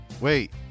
wait